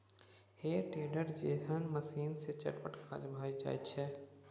हे टेडर जेहन मशीन सँ चटपट काज भए जाइत छै